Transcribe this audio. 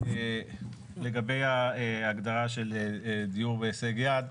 לגבי ההגדרה של דיור בהישג יד,